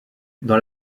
dans